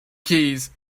keys